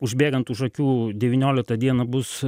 užbėgant už akių devynioliktą dieną bus